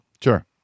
Sure